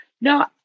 No